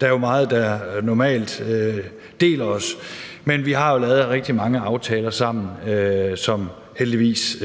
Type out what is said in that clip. Der er normalt meget, der deler os, men vi har lavet rigtig mange aftaler sammen, som heldigvis